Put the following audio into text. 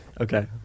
Okay